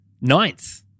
ninth